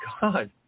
God